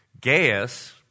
Gaius